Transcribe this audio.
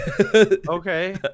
okay